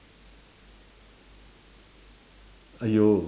!aiyo!